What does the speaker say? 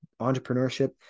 entrepreneurship